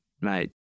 mate